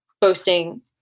boasting